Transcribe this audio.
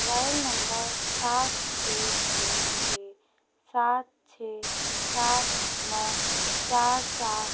mobile number सात छः छः छः सात छः सात नौ चार चार